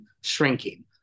shrinking